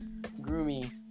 Groomy